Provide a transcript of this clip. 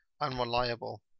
unreliable